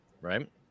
Right